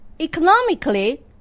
economically